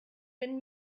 been